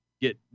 get